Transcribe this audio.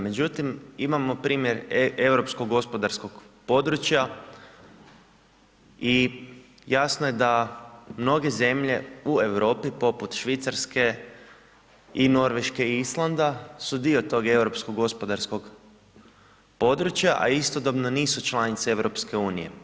Međutim, imamo primjer europskog gospodarskog područja i jasno je da mnoge zemlje u Europi, poput Švicarske i Norveške i Islanda su dio tog europskog gospodarskog područja, a istodobno nisu članice EU.